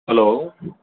hello